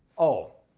oh,